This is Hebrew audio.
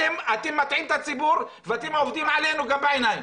אתם מטעים את הציבור ואתם עובדים עלינו גם בעיניים.